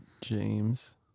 James